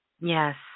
Yes